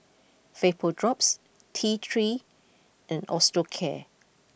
VapoDrops T three and Osteocare